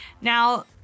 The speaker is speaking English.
Now